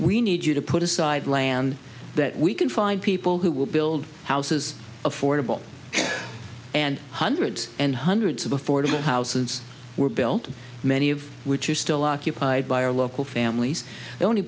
we need you to put aside land that we can find people who will build houses affordable and hundreds and hundreds of affordable houses were built many of which are still occupied by our local families the only